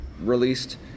released